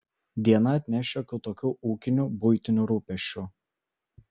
diena atneš šiokių tokių ūkinių buitinių rūpesčių